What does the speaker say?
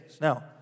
Now